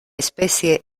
especie